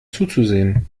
zuzusehen